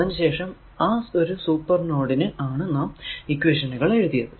അതിനു ശേഷം ആ ഒരു സൂപ്പർ നോഡിനു ആണ് നാം ഇക്വേഷനുകൾ എഴുതിയത്